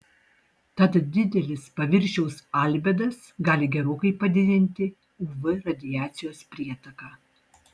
tad didelis paviršiaus albedas gali gerokai padidinti uv radiacijos prietaką